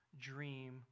dream